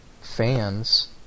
fans